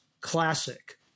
classic